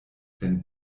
wenn